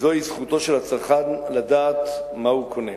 וזאת זכותו של הצרכן לדעת מה הוא קונה.